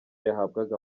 yahabwaga